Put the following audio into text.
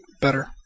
better